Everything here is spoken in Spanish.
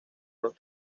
los